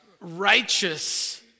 righteous